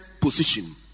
position